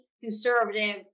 conservative